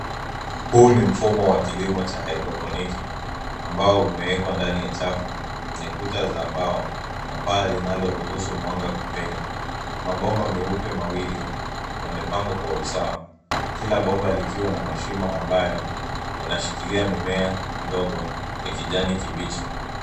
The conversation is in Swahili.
Huu ni mfumo wa kilimo cha haidroponiki, ambao umewekwa ndani ya chafu kwenye kuta za mbao, na paa linaloruhusu mwanga kupenya. Mabomba meupe mawili yamepangwa kwa usawa kila bomba likiwa na mashimo ambaye yanashikilia mmea ndgo ya kijani kibichi.